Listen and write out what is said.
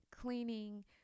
cleaning